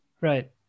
right